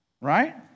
Right